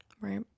Right